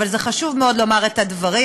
אבל זה חשוב מאוד לומר את הדברים,